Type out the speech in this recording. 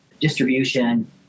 distribution